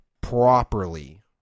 properly